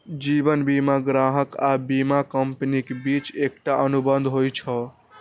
जीवन बीमा ग्राहक आ बीमा कंपनीक बीच एकटा अनुबंध होइ छै